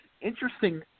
interesting